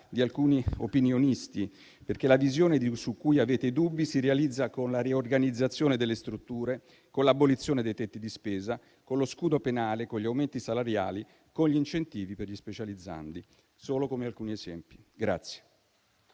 ad alcuni opinionisti, perché la visione su cui avete dubbi si realizza con la riorganizzazione delle strutture, con l'abolizione dei tetti di spesa, con lo scudo penale, con gli aumenti salariali e con gli incentivi per gli specializzandi, solo come alcuni esempi.